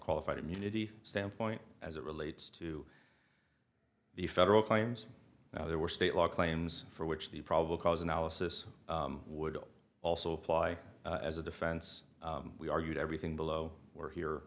qualified immunity standpoint as it relates to the federal claims that there were state law claims for which the probable cause analysis would also apply as a defense we argued everything below or here